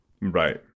Right